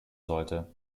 sollte